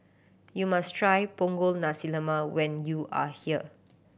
you must try Punggol Nasi Lemak when you are here